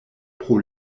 pro